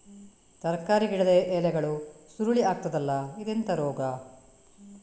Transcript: ತರಕಾರಿ ಗಿಡದ ಎಲೆಗಳು ಸುರುಳಿ ಆಗ್ತದಲ್ಲ, ಇದೆಂತ ರೋಗ?